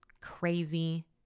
Crazy